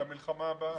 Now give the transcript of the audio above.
למלחמה הבאה.